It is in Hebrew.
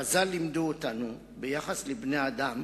חז"ל לימדו אותנו ביחס לבני-אדם,